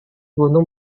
gunung